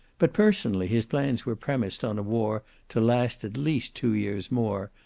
but personally his plans were premised on a war to last at least two years more,